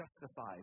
justified